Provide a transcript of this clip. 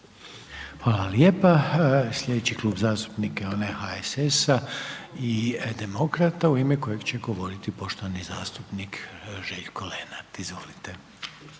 Hvala lijepa. Slijedeći Klub zastupnika je onaj HSS-a i Demokrata u ime kojeg će govoriti poštovani zastupnik Željko Lenart, izvolite.